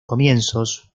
comienzos